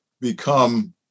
become